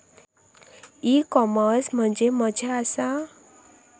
E commerce म्हणजे मझ्या आसा?